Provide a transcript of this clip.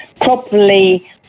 properly